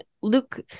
Luke